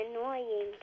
annoying